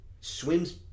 swims